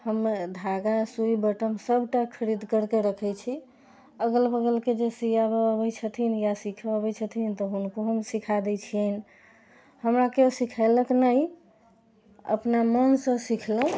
हम धागा सुइ बटम सबटा खरीद करके रखै छी अगल बगलके जे सियाबऽ अबै छथिन या सिखऽ अबै छथिन तऽ हुनको हम सिखा दै छियनि हमरा केओ सिखेलक नहि अपना मोनसँ सिखलहुँ